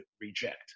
reject